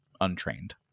untrained